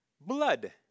blood